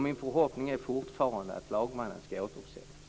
Min förhoppning är fortfarande att lagmannen skall återbesättas.